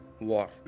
war